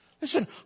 Listen